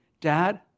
Dad